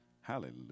Hallelujah